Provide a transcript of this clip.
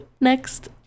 next